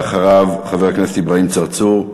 ואחריו, חבר הכנסת אברהים צרצור.